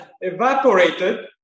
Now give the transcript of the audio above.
evaporated